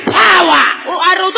power